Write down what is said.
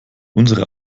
unsere